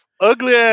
ugly